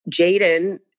Jaden